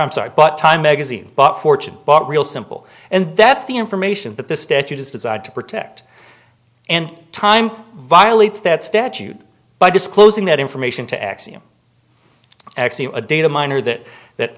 i'm sorry but time magazine bought fortune bought real simple and that's the information that the statute is designed to protect and time violates that statute by disclosing that information to axiom a data miner that that